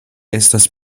estas